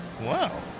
wow